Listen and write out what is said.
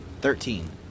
Thirteen